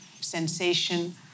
sensation